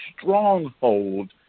stronghold